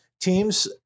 teams